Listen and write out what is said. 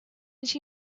she